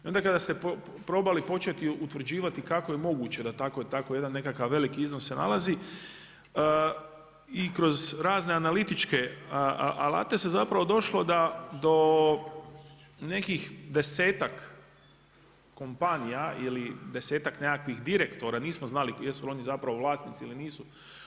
I onda kada ste probali početi utvrđivati kako je moguće da tako jedan nekakav veliki iznos se nalazi i kroz razne analitičke alate se zapravo došlo do nekih desetak kompanija ili desetak nekakvih direktora, nismo znali jesu li oni zapravo vlasnici ili nisu.